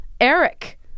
Eric